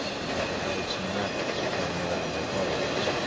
and he beheld some rabbits playing around their burrows.